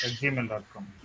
gmail.com